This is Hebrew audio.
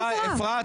אפרת, די.